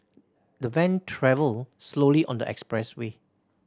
the van travelled slowly on the expressway